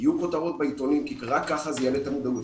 יהיו כותרות בעיתונים כי רק כך זה יעלה את המודעות.